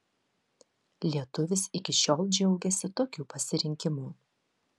lietuvis iki šiol džiaugiasi tokiu pasirinkimu